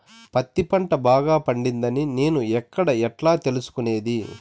పత్తి పంట బాగా పండిందని నేను ఎక్కడ, ఎట్లా తెలుసుకునేది?